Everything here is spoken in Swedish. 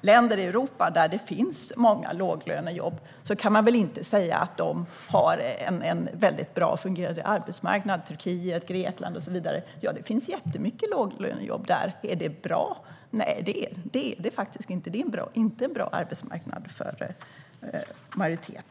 länder i Europa där det finns många låglönejobb kan vi inte se att de har en bra fungerande arbetsmarknad. Det är länder som Turkiet, Grekland och så vidare. Det finns jättemycket låglönejobb där. Är det bra? Nej, det är det faktiskt inte. Det är inte en bra arbetsmarknad för majoriteten.